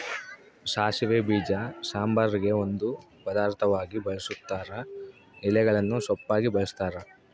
ಸಾಸಿವೆ ಬೀಜ ಸಾಂಬಾರಿಗೆ ಒಂದು ಪದಾರ್ಥವಾಗಿ ಬಳುಸ್ತಾರ ಎಲೆಗಳನ್ನು ಸೊಪ್ಪಾಗಿ ಬಳಸ್ತಾರ